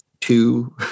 two